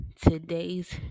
today's